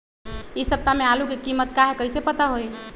इ सप्ताह में आलू के कीमत का है कईसे पता होई?